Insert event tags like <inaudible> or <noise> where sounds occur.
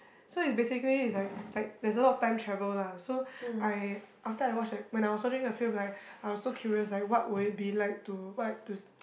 so it's basically it's like like there's a lot of time travel lah so I after I watch the when I was watching the film right I was so curious like what would it be like to what to <noise>